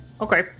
Okay